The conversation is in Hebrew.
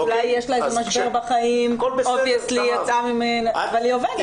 אולי יש לה משבר בחיים אבל היא עובדת.